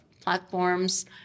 platforms